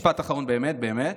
משפט אחרון באמת באמת.